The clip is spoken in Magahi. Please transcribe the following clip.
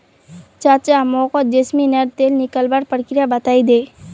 चाचा मोको जैस्मिनेर तेल निकलवार प्रक्रिया बतइ दे